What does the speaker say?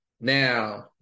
Now